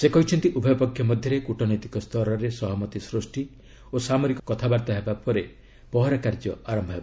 ସେ କହିଛନ୍ତି ଉଭୟ ପକ୍ଷ ମଧ୍ୟରେ କୁଟନୈତିକ ସ୍ତରରେ ସହମତି ସୃଷ୍ଟି ଓ ସାମରିକ କଥାବାର୍ତ୍ତା ହେବା ପରେ ପହରା କାର୍ଯ୍ୟ ଆରମ୍ଭ ହେବ